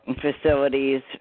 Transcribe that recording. facilities